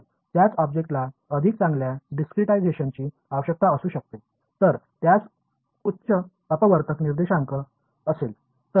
तर त्याच ऑब्जेक्टला अधिक चांगल्या डिस्क्रिटीझेशनची आवश्यकता असू शकते जर त्यास उच्च अपवर्तक निर्देशांक असेल तर